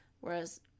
whereas